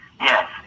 Yes